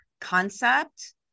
concept